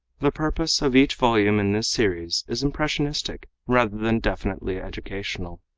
the purpose of each volume in this series is impressionistic rather than definitely educational.